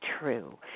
true